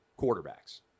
quarterbacks